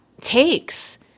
takes